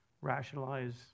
rationalize